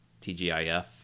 TGIF